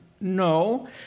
No